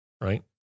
right